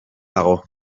dago